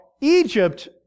Egypt